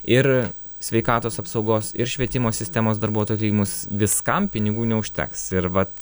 ir sveikatos apsaugos ir švietimo sistemos darbuotojų atlyginimus viskam pinigų neužteks ir vat